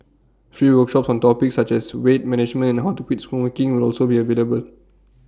free workshops on topics such as weight management and how to quit smoking will also be available